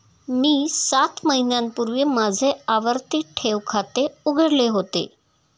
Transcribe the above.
मी सात महिन्यांपूर्वी माझे आवर्ती ठेव खाते उघडले होते